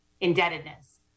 indebtedness